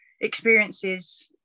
experiences